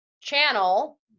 channel